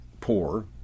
poor